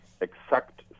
exact